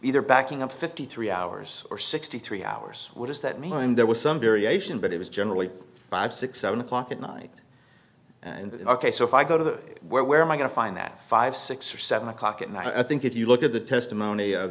either backing up fifty three hours or sixty three hours what does that mean there was some variation but it was generally five six seven o'clock at night and ok so if i go to the where where am i going to find that five six or seven o'clock and i think if you look at the testimony o